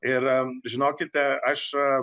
ir žinokite aš